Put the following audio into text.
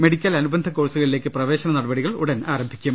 medical അനുബന്ധ കോഴ്സുകളിലേക്ക് പ്രവേശന നടപടികൾ ഉടൻ ആരംഭിക്കും